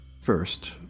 First